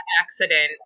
accident